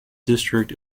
district